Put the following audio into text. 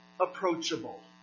approachable